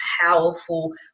powerful